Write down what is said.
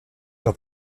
dans